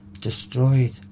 destroyed